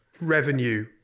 revenue